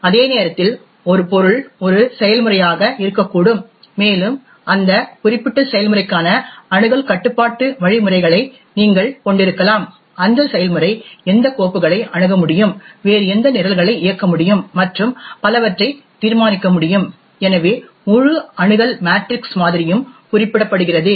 அதே நேரத்தில் ஒரு பொருள் ஒரு செயல்முறையாக இருக்கக்கூடும் மேலும் அந்த குறிப்பிட்ட செயல்முறைக்கான அணுகல் கட்டுப்பாட்டு வழிமுறைகளை நீங்கள் கொண்டிருக்கலாம் அந்த செயல்முறை எந்த கோப்புகளை அணுக முடியும் வேறு எந்த நிரல்களை இயக்க முடியும் மற்றும் பலவற்றை தீர்மானிக்க முடியும் எனவே முழு அணுகல் மேட்ரிக்ஸ் மாதிரியும் குறிப்பிடப்படுகிறது